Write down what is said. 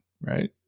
right